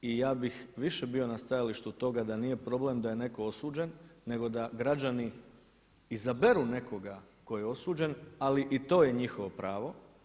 I ja bih više bio na stajalištu toga da nije problem da je netko osuđen, nego da građani izaberu nekoga tko je osuđen, ali i to je njihovo pravo.